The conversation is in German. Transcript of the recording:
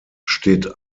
steht